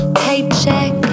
paycheck